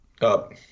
Up